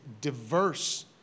diverse